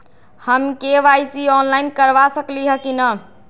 हम KYC online करवा सकली ह कि न?